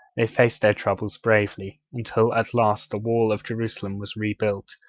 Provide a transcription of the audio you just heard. they faced their troubles bravely, until at last the wall of jerusalem was rebuilt,